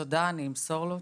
תודה, אני אמסור לו.